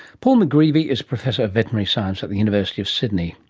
paul mcgreevy is professor of veterinary science at the university of sydney.